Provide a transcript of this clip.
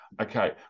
Okay